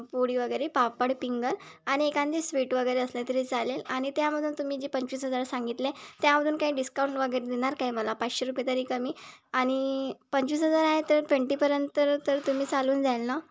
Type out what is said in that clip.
पुरी वगैरे पापड पिंगल आणि एखादी स्वीट वगैरे असले तरी चालेल आणि त्यामधून तुम्ही जे पंचवीस हजार सांगितले त्यामधुन काही डिस्काउंट वगैरे देणार काय मला पाचशे रुपये तरी कमी आणि पंचवीस हजार आहे तर ट्वेंटीपर्यंत तर तुम्ही चालून जाईल ना